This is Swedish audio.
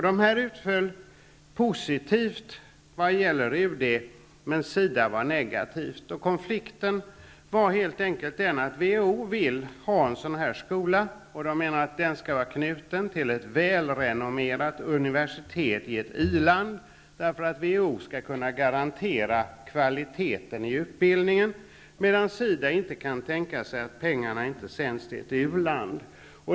De utföll positivt vad gäller UD. Men på SIDA var man negativ. Konflikten var helt enkelt följande. WHO vill ha en skola av detta slag och menar att den skall vara knuten till ett välrenommerat universitet i ett i-land, så att WHO skall kunna garantera kvaliteten i utbildningen. På SIDA däremot kan man inte tänka sig att pengarna inte sänds till ett u-land.